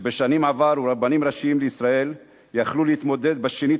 שבשנים עברו רבנים ראשיים לישראל יכלו להתמודד בשנית